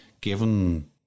given